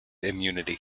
immunity